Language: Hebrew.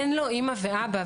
אין לו אימא ואבא.